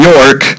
York